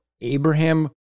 Abraham